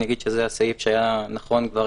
אני אגיד שזה הסעיף שהיה נכון כבר